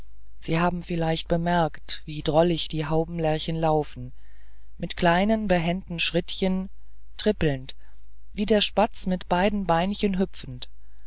sie haben vielleicht bemerkt wie drollig die haubenlerchen laufen mit kleinen behenden schrittchen trippelnd wie der spatz mit beiden beinchen hüpfend